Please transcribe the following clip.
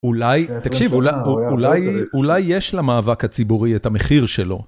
אולי, תקשיב, אולי יש למאבק הציבורי את המחיר שלו.